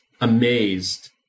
amazed